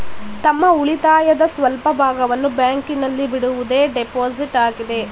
ತಮ್ಮ ಉಳಿತಾಯದ ಸ್ವಲ್ಪ ಭಾಗವನ್ನು ಬ್ಯಾಂಕಿನಲ್ಲಿ ಬಿಡುವುದೇ ಡೆಪೋಸಿಟ್ ಆಗಿದೆ